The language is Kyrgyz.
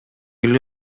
эле